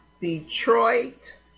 Detroit